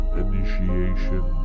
initiation